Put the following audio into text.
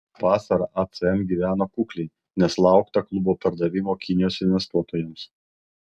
vasarą acm gyveno kukliai nes laukta klubo pardavimo kinijos investuotojams